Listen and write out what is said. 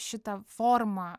šitą formą